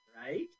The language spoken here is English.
right